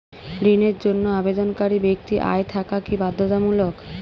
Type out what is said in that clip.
ঋণের জন্য আবেদনকারী ব্যক্তি আয় থাকা কি বাধ্যতামূলক?